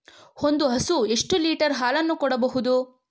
ಒಂದು ಹಸು ಎಷ್ಟು ಲೀಟರ್ ಹಾಲನ್ನು ಕೊಡಬಹುದು?